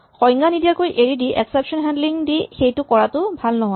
সংজ্ঞা নিদিয়াকৈ এৰি দি এক্সেপচন হেন্ডলিং দি সেইটো কৰাটো ভাল নহয়